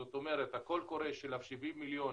זאת אומרת הקול הקורא של ה-70 מיליון